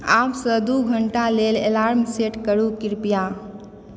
आबसँ दू घण्टा लेल अलार्म सेट करू कृपया